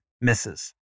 misses